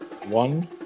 One